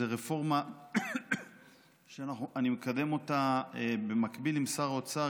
זה רפורמה שאני מקדם אותה במקביל עם שר האוצר,